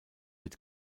wird